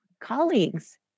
colleagues